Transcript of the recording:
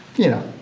you know,